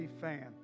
fan